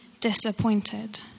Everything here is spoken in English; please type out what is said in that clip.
disappointed